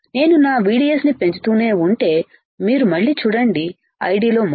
నేను నా VDS ని పెంచుతూనే ఉంటె మీరు మళ్ళీ చూడండి ID లో మార్పు